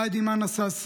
ג'יהאד אימן נסאסרה,